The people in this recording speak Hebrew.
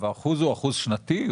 האחוז הוא שנתי?